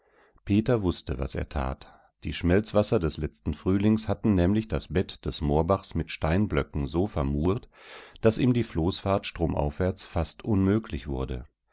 peter wußte was er tat die schmelzwasser des letzten frühlings hatten nämlich das bett des moorbachs mit steinblöcken so vermurt daß ihm die floßfahrt stromaufwärts fast unmöglich wurde